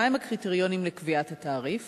1. מה הם הקריטריונים לקביעת התעריף?